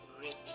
written